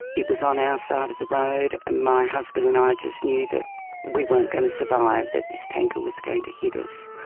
it was on our side of the road, and my husband and i just knew that we weren't going to survive, that this tanker was going to hit us.